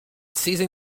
seizing